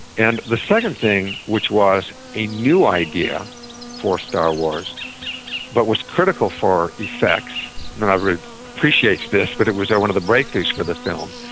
and the second thing which was a new idea for star wars but was critical for effects not everybody appreciate this but it was one of the breakthroughs for the film,